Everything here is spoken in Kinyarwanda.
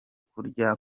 kurya